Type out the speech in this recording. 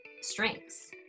strengths